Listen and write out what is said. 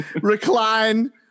recline